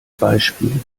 beispiel